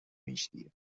migdia